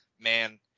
man